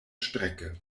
strecke